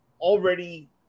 already